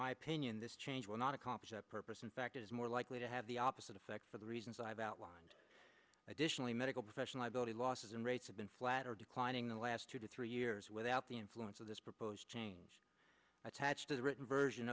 my opinion this change will not accomplish that purpose in fact is more likely to have the opposite effect for the reasons i've outlined additionally medical professional ability losses and rates have been flat or declining the last two to three years without the influence of this proposed change attached to the written version